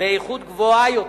באיכות גבוהה יותר.